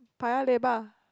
Paya-Lebar